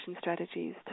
strategies